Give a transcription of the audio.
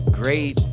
great